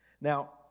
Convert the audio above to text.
Now